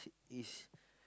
is